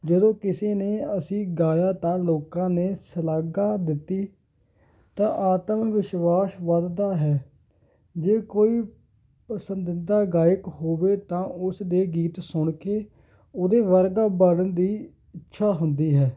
ਜਦੋਂ ਕਿਸੇ ਨੂੰ ਅਸੀਂ ਗਾਇਆ ਤਾਂ ਲੋਕਾਂ ਨੇ ਸ਼ਲਾਘਾ ਦਿੱਤੀ ਤਾਂ ਆਤਮ ਵਿਸ਼ਵਾਸ ਵੱਧਦਾ ਹੈ ਜੇ ਕੋਈ ਪਸੰਦੀਦਾ ਗਾਇਕ ਹੋਵੇ ਤਾਂ ਉਸ ਦੇ ਗੀਤ ਸੁਣ ਕੇ ਉਹਦੇ ਵਰਗਾ ਬਣਨ ਦੀ ਇੱਛਾ ਹੁੰਦੀ ਹੈ